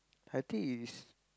I think it is